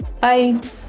Bye